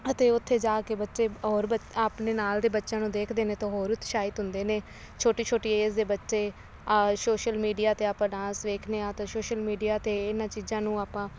ਅਤੇ ਉੱਥੇ ਜਾ ਕੇ ਬੱਚੇ ਔਰ ਬੱ ਆਪਣੇ ਨਾਲ ਦੇ ਬੱਚਿਆਂ ਨੂੰ ਦੇਖਦੇ ਨੇ ਤਾਂ ਹੋਰ ਉਤਸ਼ਾਹਿਤ ਹੁੰਦੇ ਨੇ ਛੋਟੀ ਛੋਟੀ ਏਜ ਦੇ ਬੱਚੇ ਸ਼ੋਸ਼ਲ ਮੀਡੀਆ 'ਤੇ ਆਪਾਂ ਡਾਂਸ ਵੇਖਦੇ ਹਾਂ ਅਤੇ ਸ਼ੋਸ਼ਲ ਮੀਡੀਆ 'ਤੇ ਇਹਨਾਂ ਚੀਜ਼ਾਂ ਨੂੰ ਆਪਾਂ